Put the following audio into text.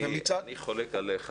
אני חולק עליך.